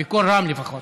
בקול רם לפחות.